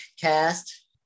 cast